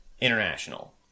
international